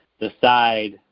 decide